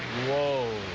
whoa,